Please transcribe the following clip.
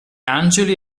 angeli